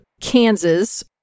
Kansas